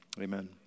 amen